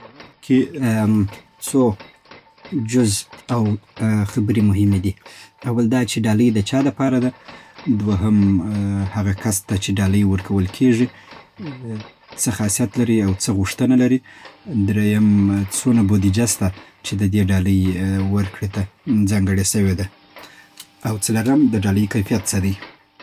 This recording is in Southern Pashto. د ډالی غوره کولو څو جز او خبری مهمی دی او ل داچی ډالی د چا د پاره ده دو هم هغه کس ته چی ډالی ور کول کیږی څه خاصیت او څه غوښتنه لری دریم څونه بودیجه سته چی د دی ډالی ورکړی ته ځانګړی سوی ده او څلورم د ډالی کیفیت څه دی